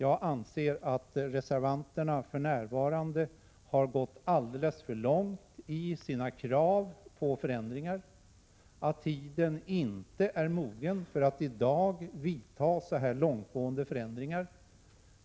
Jag anser att reservanterna för närvarande har gått alldeles för långt i sina krav på förändringar, att tiden inte är mogen för att vidta så långtgående förändringar.